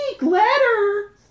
Letter